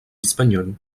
espagnol